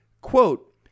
quote